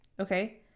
Okay